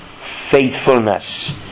faithfulness